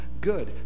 good